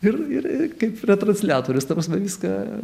ir ir kaip retransliatorius ta prasme viską